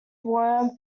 worm